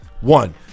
One